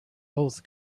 both